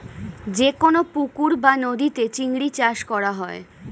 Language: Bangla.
যে কোন পুকুর বা নদীতে চিংড়ি চাষ করা হয়